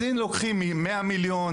אז אם לוקחים מ-100 מיליון,